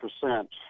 percent